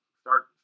start